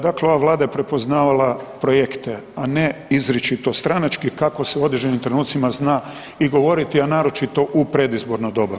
Dakle, ova Vlada je prepoznavala projekte, a ne izričito stranački kako se u određenim trenucima zna i govoriti, a naročito u predizborno doba.